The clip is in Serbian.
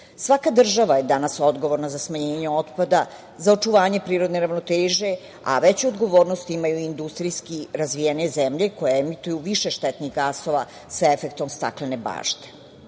sveta. Svaka država je danas odgovorna za smanjenje otpada, za očuvanje prirodne ravnoteže, a veću odgovornost imaju industrijski razvijene zemlje koje emituju više štetnih gasova sa efektom „staklene bašte“.